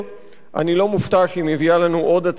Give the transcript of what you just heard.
אני לא מופתע שהיא מביאה לנו עוד הצעה לעוד